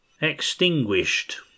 EXTINGUISHED